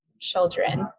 children